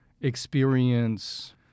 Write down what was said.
experience